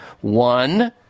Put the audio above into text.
one